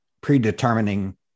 predetermining